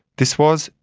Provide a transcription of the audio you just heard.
this was,